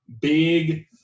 Big